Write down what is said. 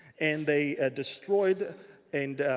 and they destroyed and,